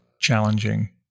challenging